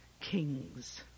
kings